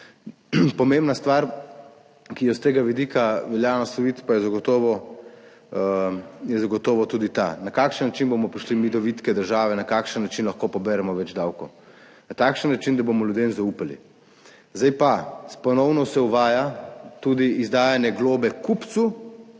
Pomembna stvar, ki jo s tega vidika velja nasloviti, pa je tudi ta, na kakšen način bomo mi prišli do vitke države, na kakšen način lahko poberemo več davkov. Na takšen način, da bomo ljudem zaupali. Zdaj pa se ponovno uvaja tudi izdajanje globe kupcu.